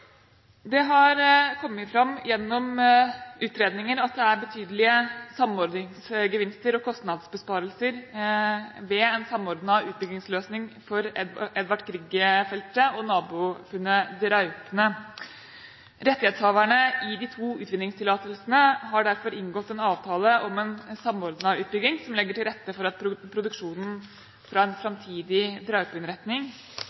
gjennom utredninger kommet fram at det er betydelige samordningsgevinster og kostnadsbesparelser ved en samordnet utbyggingsløsning for Edvard Grieg-feltet og nabofunnet Draupne. Rettighetshaverne i de to utvinningstillatelsene har derfor inngått en avtale om en samordnet utbygging, som legger til rette for at produksjonen fra en